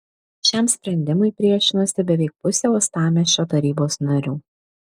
šiam sprendimui priešinosi beveik pusė uostamiesčio tarybos narių